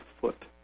foot